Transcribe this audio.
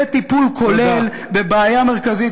זה תיקון כולל בבעיה מרכזית.